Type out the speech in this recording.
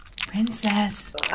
Princess